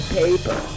paper